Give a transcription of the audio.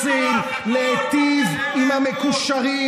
אתם רק רוצים להיטיב עם המקושרים,